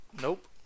nope